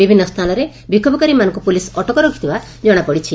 ବିଭିନୁ ସ୍ଥାନରେ ବିଷୋଭକାରୀମାନଙ୍କୁ ପୁଲିସ୍ ଅଟକ ରଖିଥିବା ଜଣାପଡ଼ିଛି